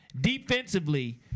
defensively